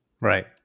Right